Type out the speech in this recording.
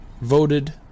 voted